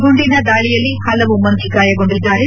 ಗುಂಡಿನ ದಾಳಿಯಲ್ಲಿ ಪಲವು ಮಂದಿ ಗಾಯಗೊಂಡಿದ್ದಾರೆ